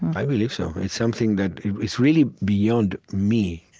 i believe so. it's something that is really beyond me.